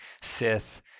Sith